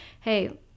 hey